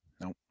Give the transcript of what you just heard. Nope